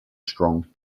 strong